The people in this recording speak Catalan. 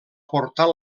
portar